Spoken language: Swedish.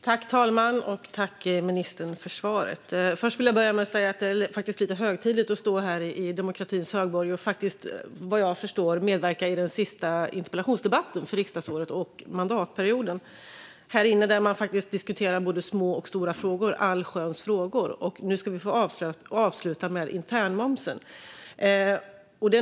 Fru talman! Tack, ministern, för svaret! Jag vill börja med att säga att det faktiskt är lite högtidligt att stå här i demokratins högborg och, vad jag förstår, medverka i den sista interpellationsdebatten för riksdagsåret och mandatperioden. Här inne diskuterar vi både små och stora frågor - allsköns frågor. Nu ska vi få avsluta med internmomsen.